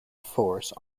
force